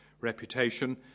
reputation